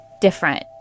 different